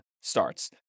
starts